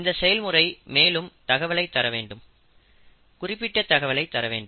இந்த செயல்முறை மேலும் தகவலை தரவேண்டும் குறிப்பிட்ட தகவலை தர வேண்டும்